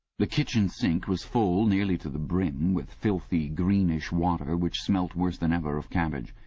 the kitchen sink was full nearly to the brim with filthy greenish water which smelt worse than ever of cabbage.